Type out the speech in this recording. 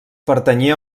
pertanyia